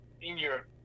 Senior